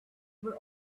were